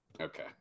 okay